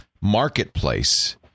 marketplace